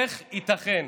איך ייתכן,